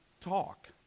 talk